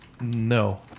No